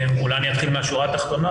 אול אני אתחיל מהשורה התחתונה,